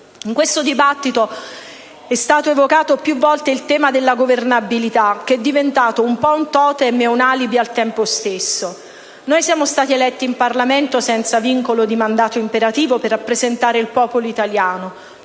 In questo dibattito è stato evocato più volte il tema della governabilità, che è diventato in un certo senso un *totem* ed un alibi al tempo stesso. Noi siamo stati eletti in Parlamento, senza vincolo di mandato imperativo, per rappresentare il popolo italiano.